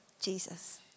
Jesus